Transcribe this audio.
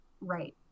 right